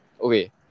Okay